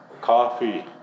Coffee